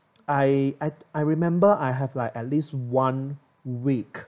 I I I remember I have at least one week